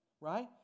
right